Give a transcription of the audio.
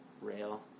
rail